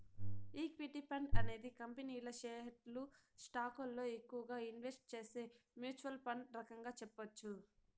equity fund అనేది కంపెనీల షేర్లు స్టాకులలో ఎక్కువగా ఇన్వెస్ట్ చేసే మ్యూచ్వల్ ఫండ్ రకంగా చెప్పొచ్చు